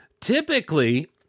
typically